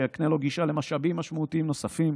שיקנה לו גישה למשאבים משמעותיים נוספים.